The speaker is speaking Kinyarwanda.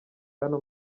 hano